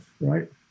right